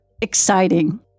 exciting